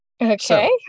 Okay